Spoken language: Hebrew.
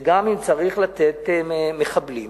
זה גם אם צריך לתת מחבלים